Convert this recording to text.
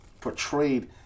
portrayed